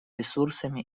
ресурсами